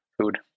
food